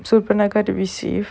surpanaka to receive